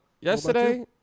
Yesterday